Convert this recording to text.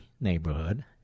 neighborhood